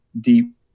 deep